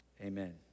amen